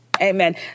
Amen